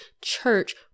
church